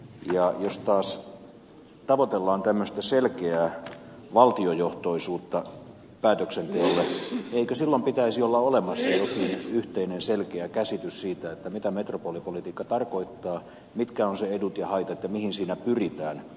ja jos taas tavoitellaan tämmöistä selkeää valtiojohtoisuutta päätöksenteolle eikö silloin pitäisi olla olemassa jokin yhteinen selkeä käsitys siitä mitä metropolipolitiikka tarkoittaa mitkä ovat sen edut ja haitat ja mihin siinä pyritään